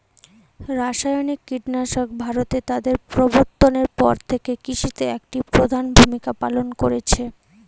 রাসায়নিক কীটনাশক ভারতে তাদের প্রবর্তনের পর থেকে কৃষিতে একটি প্রধান ভূমিকা পালন করেছে